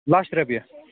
لچھ رۄپیہِ